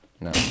No